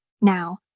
Now